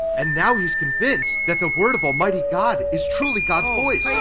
and now he's convinced that the word of almighty god is truly god's voice!